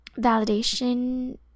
validation